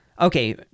Okay